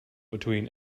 between